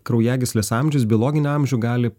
kraujagyslės amžius biologinį amžių gali